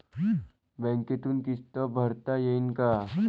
बँकेतून किस्त भरता येईन का?